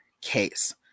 case